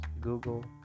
Google